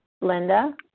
Linda